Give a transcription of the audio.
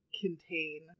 contain